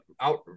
out